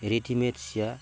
readymade Siya